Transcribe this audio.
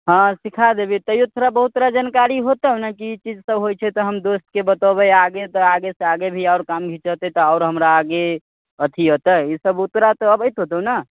हँ सिखा देबही तहियो थोड़ा बहुत तोरा जानकारी होतौ ने कि ई ई चीजसभ होइ छै तऽ हम दोस्तके बतेबै आगे तऽ आगेसँ आगे भी आओर काम खिँचेतै तऽ आओर हमरा आगे अथी हेतै ईसभ तोरा तऽ अबैत होतौ ने